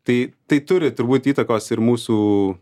tai tai turi turbūt įtakos ir mūsų